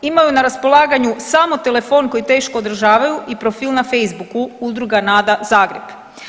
Imaju na raspolaganju samo telefon koji teško održavaju i profil na Facebooku Udruga Nada Zagreb.